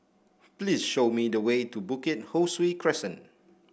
please show me the way to Bukit Ho Swee Crescent